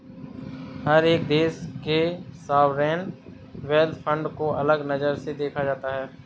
हर एक देश के सॉवरेन वेल्थ फंड को अलग नजर से देखा जाता है